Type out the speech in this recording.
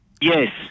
Yes